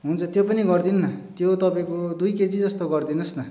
हुन्छ त्यो पनि गरिदिनु न त्यो तपाईँको दुई केजी जस्तो गरिदिनु होस् न